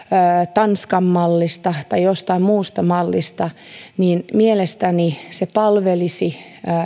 tanskan mallista tai jostain muusta mallista mielestäni se palvelisi